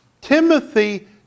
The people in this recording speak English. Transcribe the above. Timothy